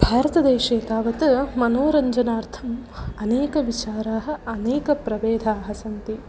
भारतदेशे तावत् मनोरञ्जनार्थम् अनेकविचाराः अनेकप्रभेदाः सन्ति